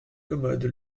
commode